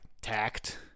tact